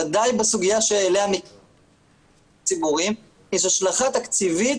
בוודאי בסוגיה שאליה --- יש השלכה תקציבית